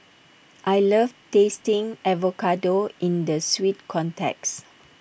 I love tasting avocado in the sweet context